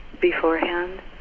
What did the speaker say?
beforehand